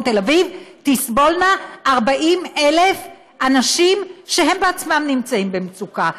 תל אביב תסבולנה 40,000 אנשים שהם בעצמם נמצאים במצוקה,